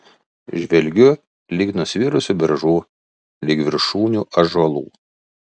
žvelgiu lig nusvirusių beržų lig viršūnių ąžuolų